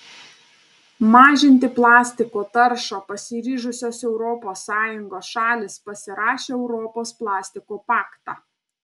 mažinti plastiko taršą pasiryžusios europos sąjungos šalys pasirašė europos plastiko paktą